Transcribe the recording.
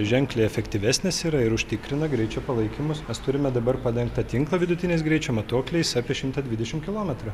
ženkliai efektyvesnės yra ir užtikrina greičio palaikymus mes turime dabar padengtą tinklą vidutiniais greičio matuokliais apie šimtą dvidešim kilometrų